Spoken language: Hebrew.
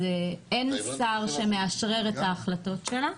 אז אין שר שמאשרר את ההחלטות שלה.